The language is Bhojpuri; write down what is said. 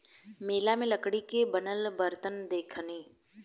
मेला में लकड़ी के बनल बरतन देखनी